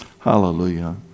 Hallelujah